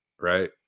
Right